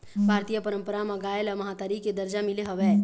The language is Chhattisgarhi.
भारतीय पंरपरा म गाय ल महतारी के दरजा मिले हवय